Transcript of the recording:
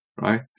right